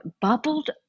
bubbled